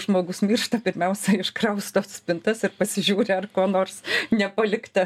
žmogus miršta pirmiausia iškrausto spintas ir pasižiūri ar ko nors nepalikta